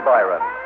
Byron